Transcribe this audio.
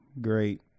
Great